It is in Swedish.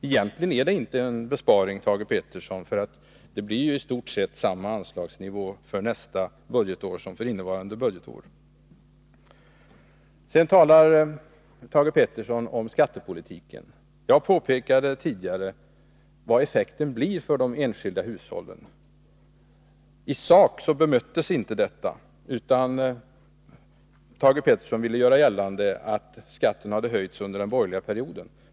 Egentligen är det inte en besparing, Thage Peterson, eftersom det blir i stort sett samma anslagsnivå för nästa budgetår som för innevarande. Sedan talar Thage Peterson om skattepolitiken. Jag påpekade tidigare vad effekten blir för de enskilda hushållen. I sak bemöttes inte detta, utan Thage Peterson ville göra gällande att skatten hade höjts under den borgerliga perioden.